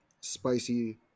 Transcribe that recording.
spicy